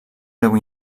breu